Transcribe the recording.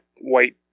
white